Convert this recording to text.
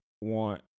want